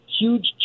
huge